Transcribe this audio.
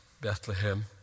Bethlehem